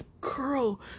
Girl